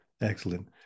Excellent